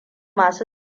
masu